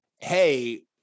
hey –